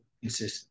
consistent